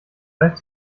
leicht